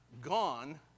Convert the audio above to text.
gone